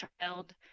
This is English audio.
child –